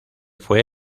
fue